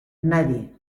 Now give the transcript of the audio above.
nadie